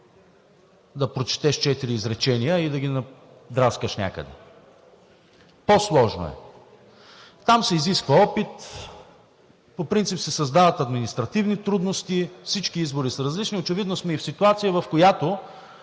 да прочетеш четири изречения и да ги надраскаш някъде. По-сложно е. Там се изисква опит. По принцип се създават административни трудности. Всички избори са различни, очевидно сме и в ситуация, в която